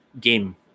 game